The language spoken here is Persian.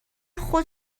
خود